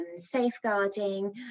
safeguarding